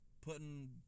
putting